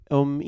om